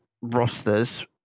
rosters